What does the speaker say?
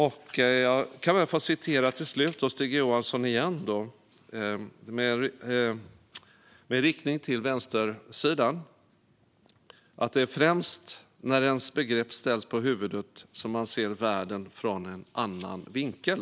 Jag avslutar med att åter citera Stig Johansson, med riktning mot vänstersidan: Det är först när ens begrepp ställs på huvudet som man ser världen från en annan vinkel.